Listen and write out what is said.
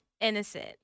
innocent